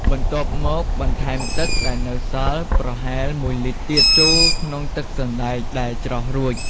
បន្ទាប់មកបន្ថែមទឹកដែលនៅសល់ ប្រហែល ១ លីត្រទៀត ចូលក្នុងទឹកសណ្តែកដែលច្រោះរួច។